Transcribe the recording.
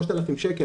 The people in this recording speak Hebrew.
3,000 שקל,